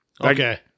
Okay